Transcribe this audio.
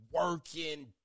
working